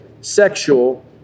sexual